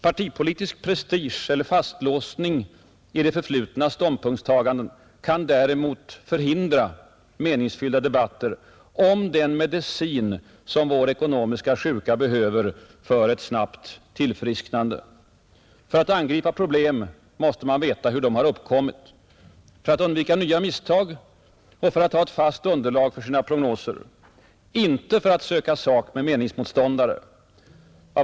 Partipolitisk prestige eller fastlåsning i det förflutnas ståndpunktstaganden kan däremot förhindra meningsfyllda debatter om den medicin som vår ekonomiska sjuka behöver för snabbaste möjliga tillfrisknande. För att angripa problem måste man veta hur de uppkommit, för att undvika nya misstag och för att ha ett fast underlag för sina prognoser, inte för att söka sak med meningsmotståndare.